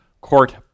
court